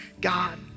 God